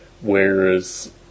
whereas